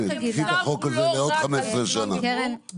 קרן,